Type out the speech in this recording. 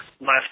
left